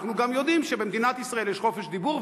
אנחנו גם יודעים שבמדינת ישראל יש חופש דיבור,